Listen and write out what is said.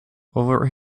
over